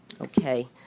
Okay